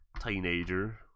teenager